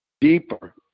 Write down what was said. deeper